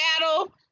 battle